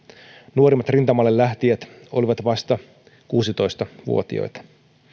nuorimmat rintamalle lähtijät olivat vasta kuusitoista vuotiaita